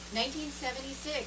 1976